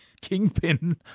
kingpin